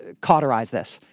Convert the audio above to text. ah cauterize this,